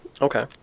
Okay